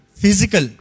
physical